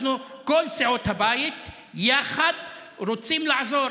אנחנו, כל סיעות הבית יחד, רוצים לעזור.